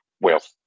wealth